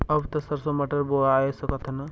अब त सरसो मटर बोआय सकत ह न?